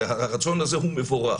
והרצון הזה הוא מבורך,